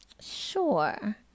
Sure